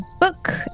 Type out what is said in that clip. book